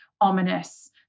ominous